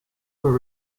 were